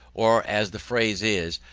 or, as the phrase is,